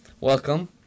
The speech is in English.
welcome